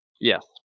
Yes